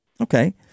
Okay